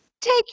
take